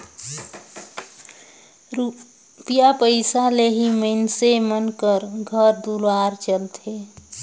रूपिया पइसा ले ही मइनसे मन कर घर दुवार चलथे